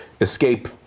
escape